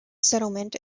settlement